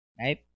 Right